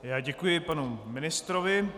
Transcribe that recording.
Já děkuji panu ministrovi.